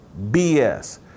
BS